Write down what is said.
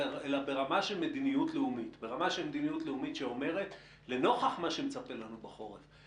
ברמה של מדיניות לאומית שאומרת - לנוכח מה שמצפה לנו בחורף,